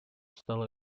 стала